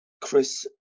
Chris